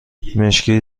مشکی